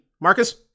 Marcus